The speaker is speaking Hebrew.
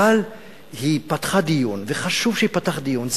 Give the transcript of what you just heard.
אבל היא פתחה דיון, וחשוב שייפתח דיון.